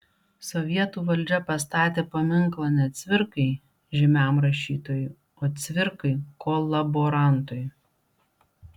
sovietų valdžia pastatė paminklą ne cvirkai žymiam rašytojui o cvirkai kolaborantui